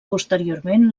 posteriorment